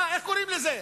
איך קוראים לזה?